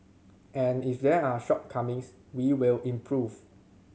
and if there are shortcomings we will improve